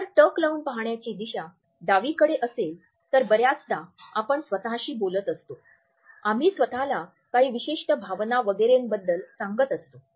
जर टक लावून पाहण्याची दिशा डावीकडे असेल तर बर्याचदा आपण स्वतःशी बोलत असतो आम्ही स्वतःला काही विशिष्ट भावना वगैरेबद्दल सांगत असतो